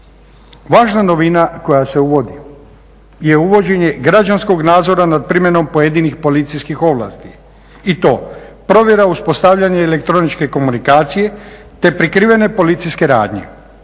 Važna novina koja se uvodi je uvođenje građanskog nadzora nad primjenom pojedinih policijskih ovlasti i to provjera i uspostavljanje elektroničke komunikacije, te prikrivene policijske radnje.